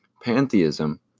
pantheism